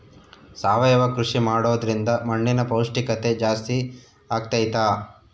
ಸಾವಯವ ಕೃಷಿ ಮಾಡೋದ್ರಿಂದ ಮಣ್ಣಿನ ಪೌಷ್ಠಿಕತೆ ಜಾಸ್ತಿ ಆಗ್ತೈತಾ?